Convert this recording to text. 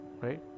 Right